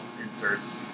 inserts